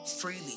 freely